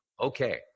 okay